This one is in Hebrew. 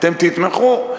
אתם תתמכו.